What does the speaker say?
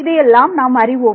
இதை எல்லாம் நாம் அறிவோம்